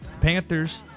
Panthers